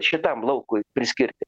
šitam laukui priskirti